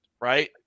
right